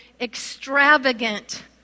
extravagant